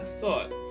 thought